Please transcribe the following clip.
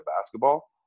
basketball